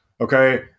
okay